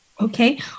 Okay